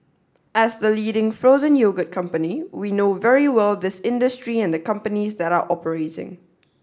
as the leading frozen yogurt company we know very well this industry and the companies that are operating